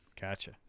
Gotcha